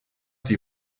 die